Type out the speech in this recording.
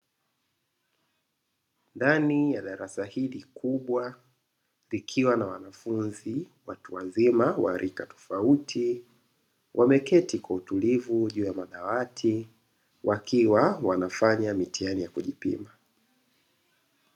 Ndani ya darasa hili kubwa likiwa na wanafunzi watu wazima wa rika tofauti, wameketi kwa utulivu juu ya madawati wakiwa wanafanya mitihani ya kujipima.